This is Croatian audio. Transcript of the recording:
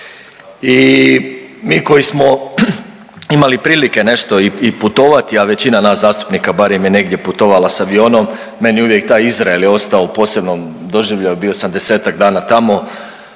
i mi koji smo, imali prilike nešto i putovati, a većina nas zastupnika barem je negdje putovala s avionom, meni uvijek taj Izrael je ostao u posebnom doživljaju, bio sam desetak dana tamo,